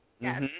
Yes